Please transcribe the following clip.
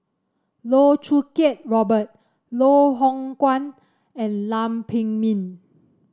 Loh Choo Kiat Robert Loh Hoong Kwan and Lam Pin Min